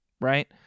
right